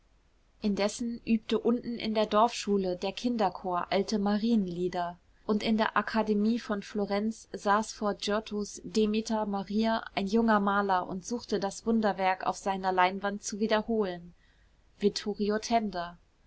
indessen übte unten in der dorfschule der kinderchor alte marienlieder und in der akademie von florenz saß vor giottos demeter maria ein junger maler und suchte das wunderwerk auf seiner leinwand zu wiederholen vittorio tenda